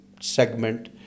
segment